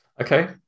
Okay